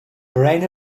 brain